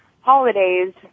holidays